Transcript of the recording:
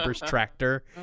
tractor